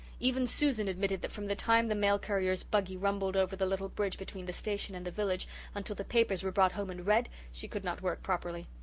even susan admitted that from the time the mail-courier's buggy rumbled over the little bridge between the station and the village until the papers were brought home and read, she could not work properly.